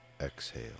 exhale